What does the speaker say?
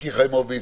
מיקי חיימוביץ',